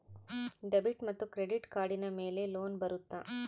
Debit ಮತ್ತು credit ಕಾರ್ಡಿನ ಮೇಲೆ ಲೋನ್ ಬರುತ್ತಾ?